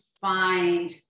find